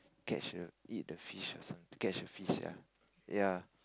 catch the eat the fish or something catch the fish ya ya